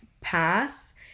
pass